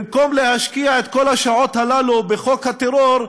במקום להשקיע את כל השעות האלה בחוק הטרור,